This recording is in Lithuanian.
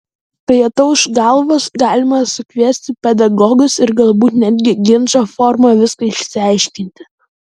kai atauš galvos galima sukviesti pedagogus ir galbūt netgi ginčo forma viską išsiaiškinti